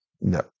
No